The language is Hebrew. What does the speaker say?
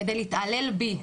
כדי להתעלל בי,